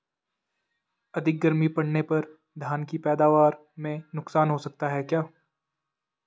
अधिक गर्मी पड़ने पर धान की पैदावार में नुकसान हो सकता है क्या?